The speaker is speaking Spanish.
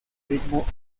ritmo